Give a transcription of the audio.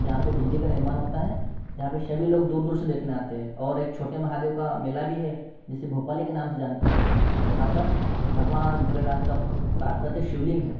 जहाँ पर बिजली का निर्माण होता है जहाँ पर सभी लोग दूर दूर से देखने आते हैं और एक छोटे महादेव का मेला भी है जिसे भोपाली के नाम से जानते हैं यहाँ पर भगवान भोलेनाथ का प्राकृतिक शिवलिंग है